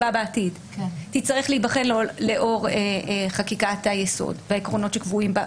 בעתיד תצטרך להיבחן לאור חקיקת היסוד והעקרונות שקבועים בה,